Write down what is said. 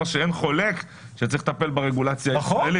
שאין חולק שצריך לטפל ברגולציה הישראלית.